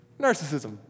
Narcissism